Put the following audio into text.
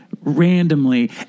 randomly